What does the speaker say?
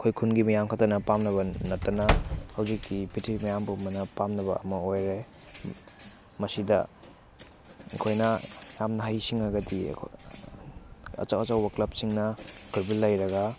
ꯑꯩꯈꯣꯏ ꯈꯨꯟꯒꯤ ꯃꯤꯌꯥꯝꯈꯛꯇꯅ ꯄꯥꯝꯅꯕ ꯅꯠꯇꯅ ꯍꯧꯖꯤꯛꯇꯤ ꯄ꯭꯭ꯔꯤꯊꯤꯕꯤ ꯃꯌꯥꯝ ꯄꯨꯝꯕꯅ ꯄꯥꯝꯅꯕ ꯑꯃ ꯑꯣꯏꯔꯦ ꯃꯁꯤꯗ ꯑꯩꯈꯣꯏꯅ ꯌꯥꯝꯅ ꯍꯩꯁꯤꯡꯉꯒꯗꯤ ꯑꯆꯧ ꯑꯆꯧꯕ ꯀ꯭ꯂꯕꯁꯤꯡꯅ ꯑꯩꯈꯣꯏꯕꯨ ꯂꯩꯔꯒ